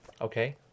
Okay